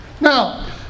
Now